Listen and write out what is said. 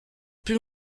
plus